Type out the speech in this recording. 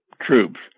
troops